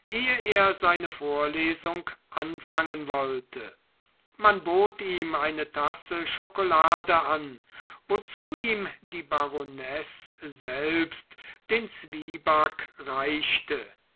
ehe er seine vorlesung anfangen wollte man bot ihm eine tasse schokolade an wozu ihm die baronesse selbst den zwieback reichte